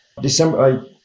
December